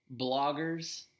Bloggers